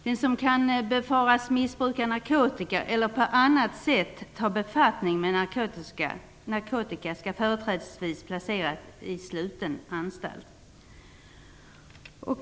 Den som kan befaras missbruka narkotika eller på annat sätt ta befattning med narkotika skall företrädesvis placeras på sluten anstalt.